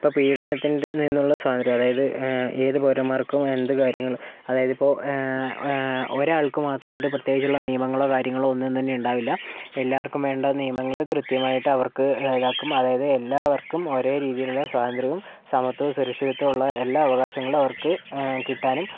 ഇപ്പം പീഡനത്തിൽ നിന്നുള്ള സ്വാതന്ത്രം അതായത് ഏത് പൗരൻമ്മാർക്കും എന്ത് കാര്യങ്ങളും അതായത് ഇപ്പം ഒരാൾക്ക് മാത്രായിട്ട് പ്രത്യേകിച്ചുള്ള നിയമങ്ങളോ കാര്യങ്ങളോ ഒന്നും തന്നെ ഉണ്ടാവില്ല എല്ലാവർക്കും വേണ്ട നിയമങ്ങള് കൃത്യമായിട്ട് അവർക്ക് ഇതാക്കും അതായത് എല്ലാവർക്കും ഒരേ രീതിയിലുള്ള സ്വാതന്ത്ര്യവും സമത്വവും സുരക്ഷിതത്വവും ഉള്ള എല്ലാ അവകാശങ്ങളും അവർക്ക് കിട്ടാനും